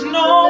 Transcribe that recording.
no